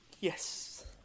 Yes